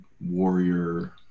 warrior